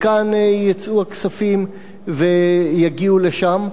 מכאן יצאו הכספים ויגיעו לשם.